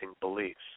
beliefs